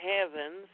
heavens